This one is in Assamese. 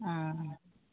অঁ